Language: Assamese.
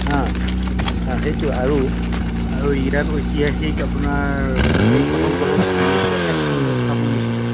হাঁ হাঁ সেইটো আৰু আৰু ইয়াত ঐতিহাসিক আপোনাৰ এই কটন কলেজ ঊনৈছশ এক চনতে স্থাপন হৈছিলে